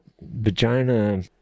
vagina